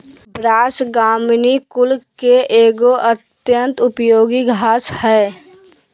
बाँस, ग्रामिनीई कुल के एगो अत्यंत उपयोगी घास हइ